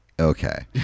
Okay